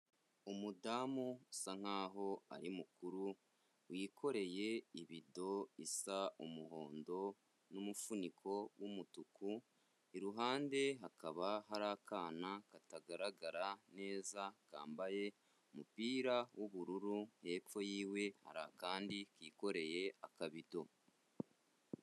Umudamu usa nkaho ari mukuru wikoreye ibido isa umuhondo n'umufuniko w'umutuku, iruhande hakaba hari akana katagaragara neza kambaye umupira w'ubururu, hepfo yiwe hari akandi kikoreye akabido.